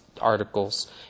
articles